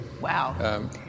Wow